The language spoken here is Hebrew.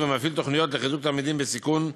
ומפעיל תוכניות לחיזוק תלמידים בסיכון,